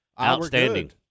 Outstanding